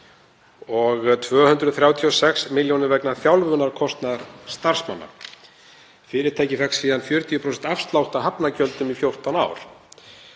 og 236 milljónir vegna þjálfunarkostnaðar starfsmanna. Fyrirtækið fékk síðan 40% afslátt af hafnargjöldum í 14 ár.